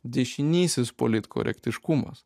dešinysis politkorektiškumas